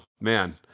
man